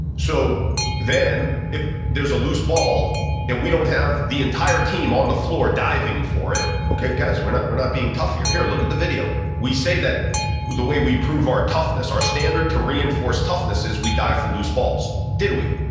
so then if there's a loose ball and we don't have the entire team on the floor diving for it, okay guys, we're not we're not being tough here. here, look at the video. we say that the way we prove our toughness, our standard to reinforce toughness is we dive for loose balls. did we,